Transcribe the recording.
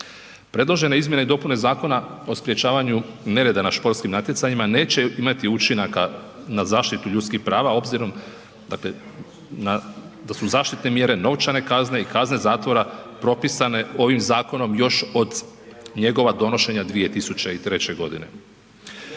Predložene izmjene i dopuna Zakona o sprječavanju nereda na športskim natjecanjima neće imati učinaka na zaštitu ljudskih prava obzirom dakle da su zaštitne mjere, novčane kazne i kazne zatvora propisane ovim zakonom još od njegova donošenja 2003. godine.